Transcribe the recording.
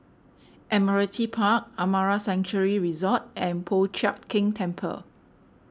Admiralty Park Amara Sanctuary Resort and Po Chiak Keng Temple